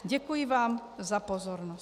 Děkuji vám za pozornost.